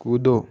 कूदो